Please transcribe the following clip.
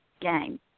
game